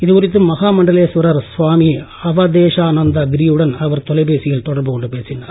இது குறித்து மகா மண்டலேஸ்வரர் சுவாமி அவதேஷானந்த கிரியுடன் அவர் தொலைபேசியில் தொடர்புக் கொண்டு பேசினார்